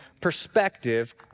perspective